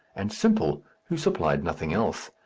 and simple, who supplied nothing else.